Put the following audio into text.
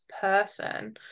person